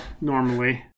normally